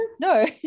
no